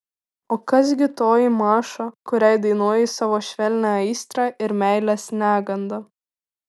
o kas gi toji maša kuriai dainuoji savo švelnią aistrą ir meilės negandą